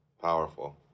powerful